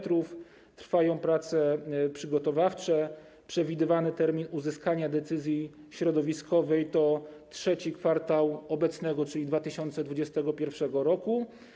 Trwają prace przygotowawcze, przewidywany termin uzyskania decyzji środowiskowej to III kwartał obecnego, czyli 2021 r.